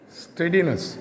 steadiness